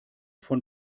von